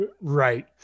right